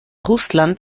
russland